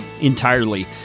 entirely